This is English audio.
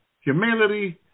humility